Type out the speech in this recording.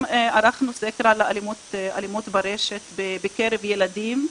ערכנו סקר גם על אלימות ברשת בקרב ילדים,